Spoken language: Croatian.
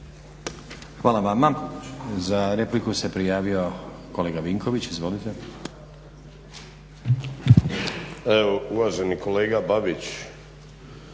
Hvala vama. Za repliku se prijavio kolega Vinković, izvolite. **Vinković,